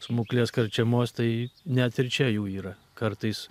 smuklės karčiamos tai net ir čia jų yra kartais